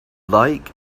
like